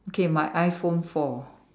okay my iPhone four